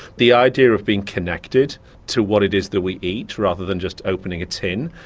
the idea of being connected to what it is that we eat, rather than just opening a tin,